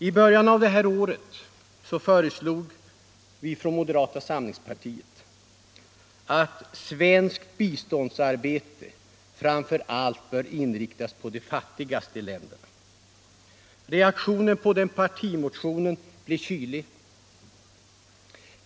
I början av det här året föreslog vi från moderata samlingspartiet att svenskt biståndsarbete framför allt skall inriktas på de fattigaste länderna. Reaktionen på den partimotionen blev kylig.